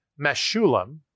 Meshulam